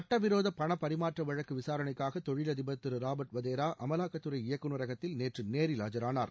சட்டவிரோத பண பரிமாற்ற வழக்கு விசாரணைக்காக தொழில் அதிபர் திரு ராபர்ட் வதோ அமலாக்கத்துறை இயக்குநரகத்தில் நேற்று நேரில் ஆஜரானார்